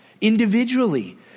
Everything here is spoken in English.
individually